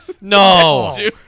No